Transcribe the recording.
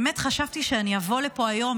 באמת חשבתי שאני אבוא לפה היום,